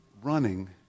running